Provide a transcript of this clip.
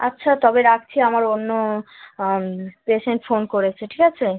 আচ্ছা তবে রাখছি আমার অন্য পেশেন্ট ফোন করেছে ঠিক আছে